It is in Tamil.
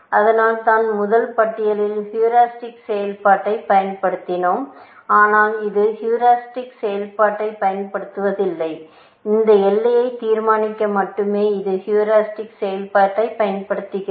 அதனால்தான் முதல் பட்டியலில் ஹீரிஸ்டிக் செயல்பாட்டைப் பயன்படுத்தினோம் ஆனால் இது ஹீரிஸ்டிக் செயல்பாட்டைப் பயன்படுத்தவில்லை இந்த எல்லையை தீர்மானிக்க மட்டுமே இது ஹீரிஸ்டிக் செயல்பாட்டைப் பயன்படுத்துகிறது